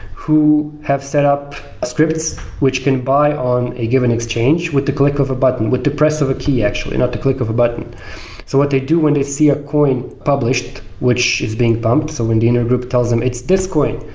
who have set up scripts which can buy on a given exchange with a click of a button, with the press of a key actually, not the click of a button so what they do when they see a coin published, which is being pumped, so when the inner group tells them it's this coin,